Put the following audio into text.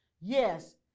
Yes